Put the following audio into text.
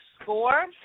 score –